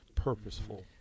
Purposeful